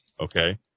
okay